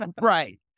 Right